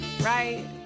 Right